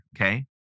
okay